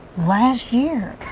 last year,